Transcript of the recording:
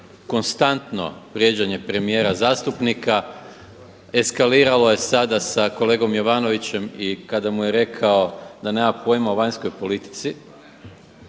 konstantno vrijeđanje premijera, zastupnika. Eskaliralo je sada sa kolegom Jovanovićem kada mu je rekao da nema pojma o vanjskoj politici,